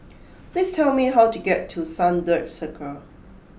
please tell me how to get to Sunbird Circle